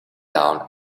down